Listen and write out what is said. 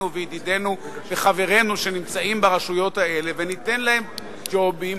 וידידינו וחברינו שנמצאים ברשויות האלה וניתן להם ג'ובים.